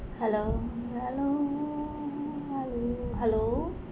hello hello hello hello